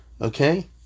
Okay